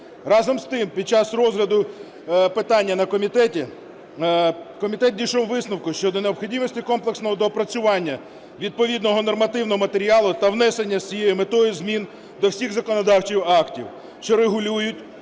Разом з тим, під час розгляду питання на комітеті комітет дійшов висновку щодо необхідності комплексного доопрацювання відповідного нормативного матеріалу та внесення з цією метою змін до всіх законодавчих актів, що регулюють